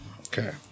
Okay